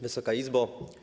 Wysoka Izbo!